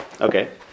Okay